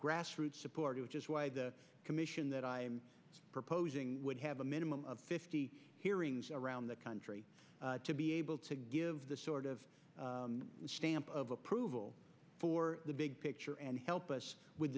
grassroots support which is why the commission that i'm proposing would have a minimum of fifty hearings around the country to be able to give the sort of stamp of approval for the big picture and help us with